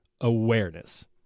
awareness